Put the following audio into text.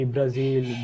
Brazil